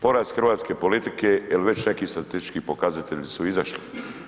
Poraz hrvatske politike jer već neki statistički pokazatelji su izašli.